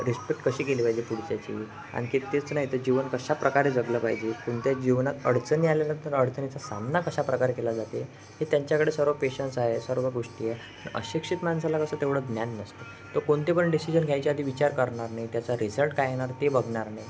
respect कशी केली पाहिजे पुढच्याची आणखी तेच नाही तर जीवन कशाप्रकारे जगलं पाहिजे कोणत्या जीवनात अडचणी आल्यानंतर अडचणीचा सामना कशाप्रकारे केला जाते हे त्यांच्याकडे सर्व पेशन्स आहे सर्व गोष्टी आहे अशिक्षित माणसाला कसं तेवढं ज्ञान नसते तो कोणते पण डिसिजन घ्यायच्या आधी विचार करणार नाही त्याचा रिझल्ट काय येणार ते बघणार नाही